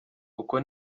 uko